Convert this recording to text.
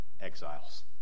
exiles